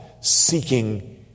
seeking